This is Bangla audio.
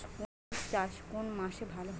মটর চাষ কোন মাসে ভালো হয়?